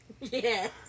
Yes